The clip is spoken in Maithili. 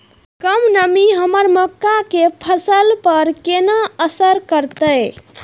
कम नमी हमर मक्का के फसल पर केना असर करतय?